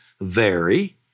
vary